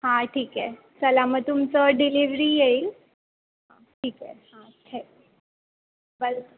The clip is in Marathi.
हां ठीक आहे चला मग तुमचं डिलिव्हरी येईल हां ठीक आहे हां थँक वेलकम